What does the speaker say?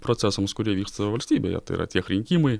procesams kurie vyksta valstybėje tai yra tiek rinkimai